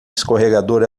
escorregador